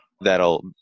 that'll